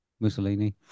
Mussolini